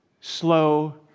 slow